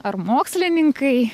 ar mokslininkai